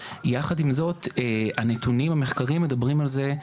יחד עם זאת הנתונים המחקריים מדברים על זה,